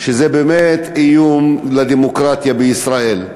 שזה באמת איום על הדמוקרטיה בישראל.